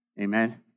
Amen